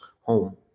home